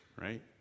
right